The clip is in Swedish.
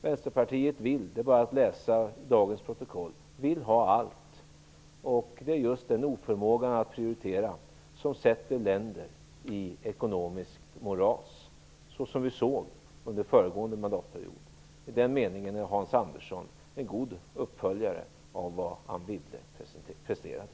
Vänsterpartiet vill ha allt - det är bara att läsa dagens protokoll. Det är just denna oförmåga att prioritera som sätter länder i ekonomiskt moras, så som vi såg under den föregående mandatperioden. I den meningen är Hans Andersson en god uppföljare till vad Anne Wibble presterade.